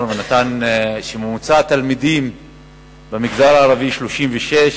שממוצע התלמידים בכיתה במגזר הערבי הוא 36,